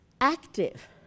Active